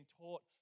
taught